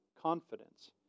confidence